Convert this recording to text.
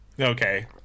okay